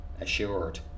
assured